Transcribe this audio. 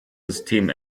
system